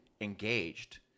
engaged